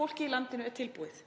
Fólkið í landinu er tilbúið.